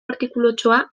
artikulutxoa